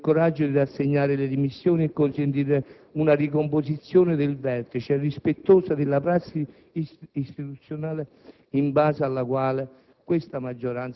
dovrebbero avere il coraggio di rassegnare le dimissioni e consentire una ricomposizione del vertice, rispettosa dell'asse istituzionale in base al quale